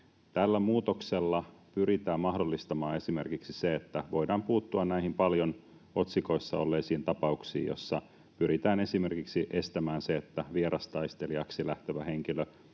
Tällä muutoksella pyritään mahdollistamaan esimerkiksi se, että voidaan puuttua näihin paljon otsikoissa olleisiin tapauksiin, joissa pyritään esimerkiksi estämään se, että vierastaistelijaksi lähtevä henkilö